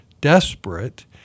desperate